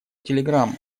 телеграмму